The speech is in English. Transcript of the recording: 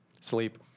sleep